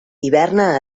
hiverna